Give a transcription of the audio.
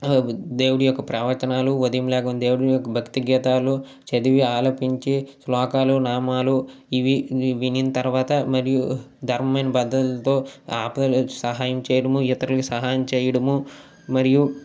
ఆ దేవుడి యొక్క ప్రవచనాలు ఉదయం లెగం దేవుడు యొక్క భక్తి గీతాలు చదివి ఆలపించి శ్లోకాలు నామాలు ఇవి వినిం తర్వాత మరియు ధర్మమైన బద్ధతులతో ఆపదుల సహాయం చేయడము ఇతరులకు సహాయం చేయడము మరియు